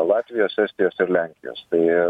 latvijos estijos ir lenkijos tai